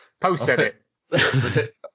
Post-edit